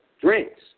drinks